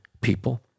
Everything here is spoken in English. people